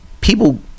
people